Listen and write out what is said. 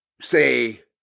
say